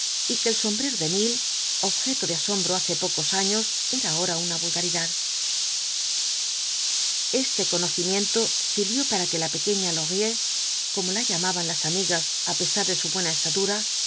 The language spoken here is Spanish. y que el sombrero de mil objeto de asombro hace poco años era ahora una vulgaridad este conocimiento sirvió para que la pequeña laurier como la llamaban las amigas á pesar de su buena estatura